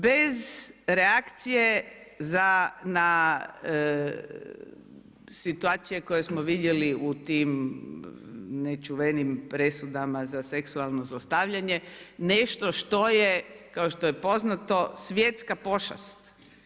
Bez reakcije za na situaciju koje smo vidjeli u tim nečuvenim presudama za seku8salno zlostavljanje, nešto što je kao što je poznato svjetska pošast.